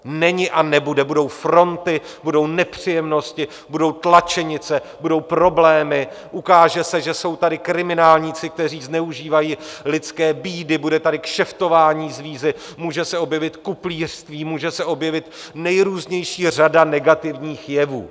Není a nebude, budou fronty, budou nepříjemnosti, budou tlačenice, budou problémy, ukáže se, že jsou tady kriminálníci, kteří zneužívají lidské bídy, bude tady kšeftování s vízy, může se objevit kuplířství, může se objevit nejrůznější řada negativních jevů.